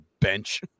bench